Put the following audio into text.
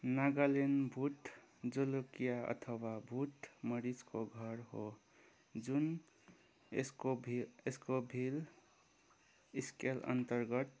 नागाल्यान्ड भुत जोलोकिया अथवा भुत मरिचको घर हो जुन स्को स्कोभिल स्केलअन्तर्गत